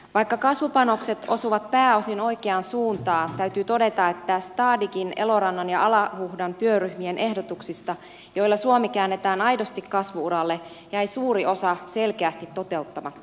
vaikka kasvupanokset osuvat pääosin oikeaan suuntaan täytyy todeta että stadighin elorannan ja alahuhdan työryhmien ehdotuksista joilla suomi käännetään aidosti kasvu uralle jäi suuri osa selkeästi toteuttamatta